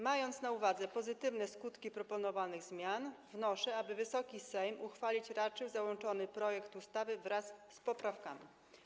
Mając na uwadze pozytywne skutki proponowanych zmian, wnoszę, aby Wysoki Sejm uchwalić raczył załączony projekt ustawy wraz z poprawkami.